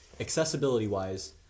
accessibility-wise